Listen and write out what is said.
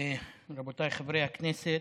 רבותיי חברי הכנסת,